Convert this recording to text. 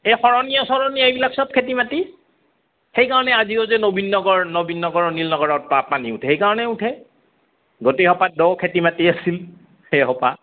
সেই শৰণীয়া চৰনীয়া এইবিলাক সব খেতি মাটি সেইকাৰণে আজিও যে নবীন নগৰ নবীন নগৰ অনিল নগৰত পা পানী উঠে সেইকাৰণে উঠে গোটেইসোপা দ খেতি মাটি আছিল সেইসোপা